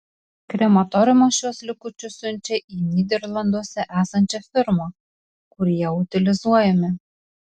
krematoriumas šiuos likučius siunčia į nyderlanduose esančią firmą kur jie utilizuojami